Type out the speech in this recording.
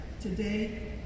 today